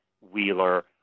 Wheeler